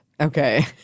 Okay